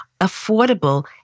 affordable